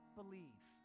believe